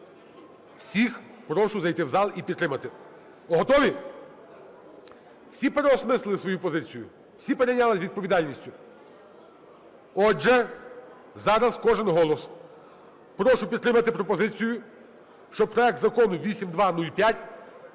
всіх прошу зайти в зал і підтримати. Готові? Всі переосмислили свою позицію? Всі перейнялись відповідальністю? Отже, зараз кожен голос. Прошу підтримати пропозицію, щоб проект Закону 8205